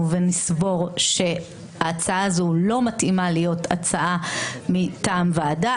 ונסבור שההצעה הזאת לא מתאימה להיות הצעה מטעם ועדה,